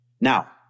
Now